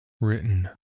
written